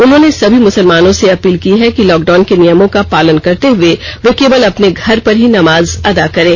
उन्होंने सभी मुसलमानों भाईयों से अपील की है कि लॉकडाउन के नियमों का पालन करते हुए वे केवल अपने घर पर ही नमाज अदा करें